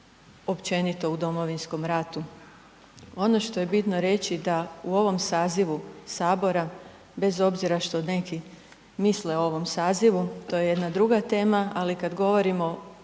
u Domovinskom ratu. Ono što je bitno reći da u ovom sazivu Sabora, bez obzira što neki misle o ovom sazivu, to je jedna druga tema, ali kad govorimo